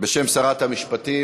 בשם שרת המשפטים.